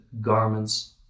garments